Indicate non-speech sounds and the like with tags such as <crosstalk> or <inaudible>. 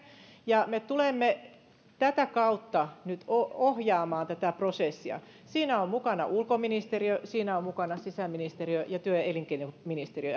ja me tulemme tätä kautta nyt ohjaamaan tätä prosessia siinä on mukana ulkoministeriö siinä ovat mukana sisäministeriö ja työ ja elinkeinoministeriö <unintelligible>